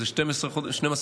זה 12 חודשים.